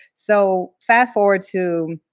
so fast forward to,